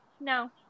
no